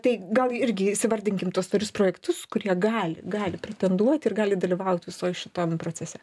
tai gal irgi įsivardinkim tuos tvarius projektus kurie gali gali pretenduot ir gali dalyvauti visoj šitam procese